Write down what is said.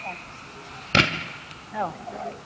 अ औ